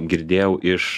girdėjau iš